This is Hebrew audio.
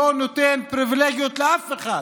שלא נותן פריבילגיות לאף אחד